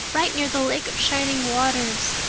right near the lake of shining waters.